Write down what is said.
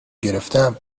گرفتم